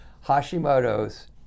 Hashimoto's